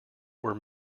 were